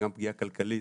גם פגיעה כלכלית,